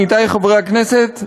עמיתי חברי הכנסת,